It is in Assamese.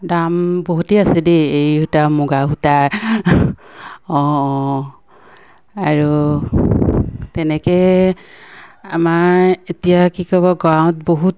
দাম বহুতেই আছে দেই এৰী সূতা মুগা সূতা অঁ অঁ আৰু তেনেকৈ আমাৰ এতিয়া কি ক'ব গাঁৱত বহুত